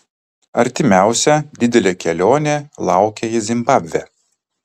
artimiausia didelė kelionė laukia į zimbabvę